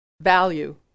value